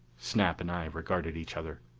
snap and i regarded each other.